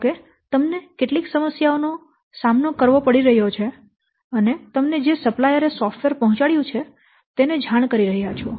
ધારો કે તમને કેટલીક સમસ્યાઓ નો સામનો કરવો પડી રહ્યો છે અને તમને જે સપ્લાયર એ સોફ્ટવેર પહોંચાડ્યું છે તેને જાણ કરી રહ્યાં છો